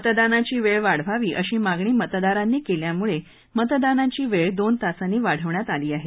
मतदानाची वेळ वाढवावी अशी मागणी मतदारांनी केल्यामुळे मतदानाची वेळ दोन तासांनी वाढविण्यात आली आहे